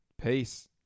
Peace